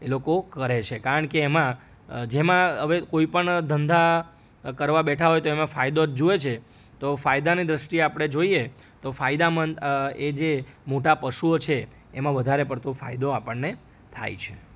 એ લોકો કરે છે કારણ કે એમાં જેમાં હવે કોઈપણ ધંધા કરવા બેઠા હોય તો એમાં ફાયદો જ જોઈએ છે તો ફાયદાની દ્રષ્ટિએ આપણે જોઈએ તો ફાયદામંદ એ જે મોટા પશુઓ છે એમાં વધારે પડતો ફાયદો આપણને થાય છે